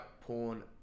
porn